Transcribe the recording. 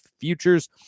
futures